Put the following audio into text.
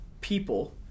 people